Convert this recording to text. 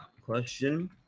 question